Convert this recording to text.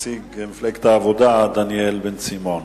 נציג מפלגת העבודה, דניאל בן-סימון.